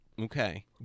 Okay